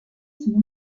sont